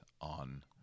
on